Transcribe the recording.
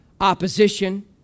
opposition